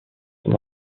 son